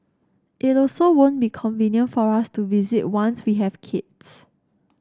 it also won't be convenient for us to visit once we have kids